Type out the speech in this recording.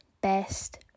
best